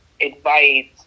advice